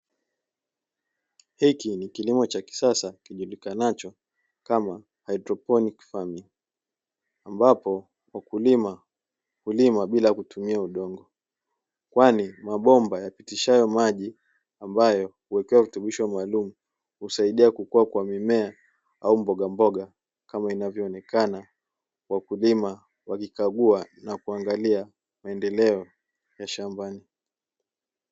Mwanamke alie valia nguo za kimasai akiwa anajifunza namna ya kusoma silabi zilizo amdikwa katika unao wa rangi nyeusi. kwako mabomba yapitishao maji husaidia kukuza mimea au mboga mboga kama inavyo onekana kama wakulima wakikagua na kuangalia maendeleo ya shambani.